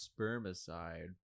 spermicide